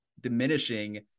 diminishing